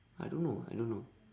I don't know I don't know